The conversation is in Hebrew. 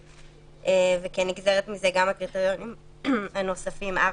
וכנגזרת מזה גם הקריטריונים הנוספים (4),